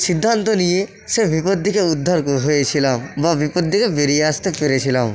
সিদ্ধান্ত নিয়ে সে বিপদ থেকে উদ্ধার ক হয়েছিলাম বা বিপদ থেকে বেরিয়ে আসতে পেরেছিলাম